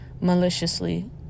maliciously